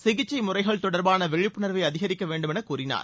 சிகிச்சை முறைகள் போன்றவை தொடர்பான விழிப்புணர்வைஅதிகரிக்க வேண்டும் என்று கூறினார்